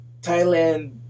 Thailand